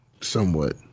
Somewhat